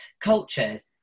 cultures